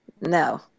No